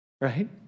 Right